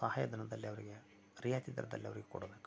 ಆ ಸಹಾಯಧನದಲ್ಲಿ ಅವರಿಗೆ ರಿಯಾಯಿತಿ ದರದಲ್ಲಿ ಅವರಿಗೆ ಕೊಡಬೇಕು